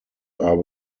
are